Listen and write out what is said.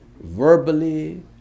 verbally